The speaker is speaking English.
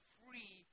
free